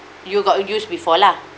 you got use before lah